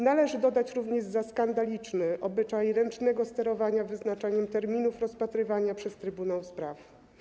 Należy uznać również za skandaliczny obyczaj ręcznego sterowania wyznaczaniem terminów rozpatrywania przez trybunał spraw.